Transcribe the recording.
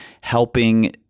helping